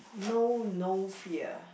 know no fear